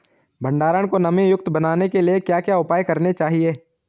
भंडारण को नमी युक्त बनाने के लिए क्या क्या उपाय करने चाहिए?